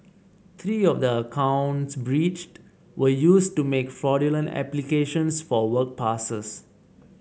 three of the accounts breached were used to make fraudulent applications for work passes